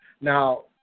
Now